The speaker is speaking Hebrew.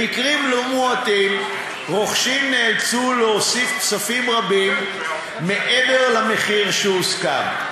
במקרים לא מועטים רוכשים נאלצו להוסיף כספים רבים מעבר למחיר שהוסכם,